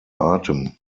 atem